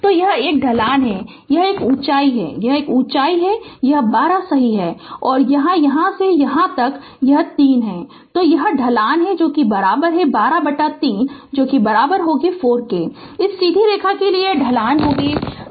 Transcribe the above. तो यह एक ढलान है यह यह ऊंचाई है यह ऊंचाई है यह 12 सही है और यह यहां से यहां तक है यह 3 है तो यह ढलान है 12 बटा 3 4 इस सीधी रेखा के लिए ढलान 4 सही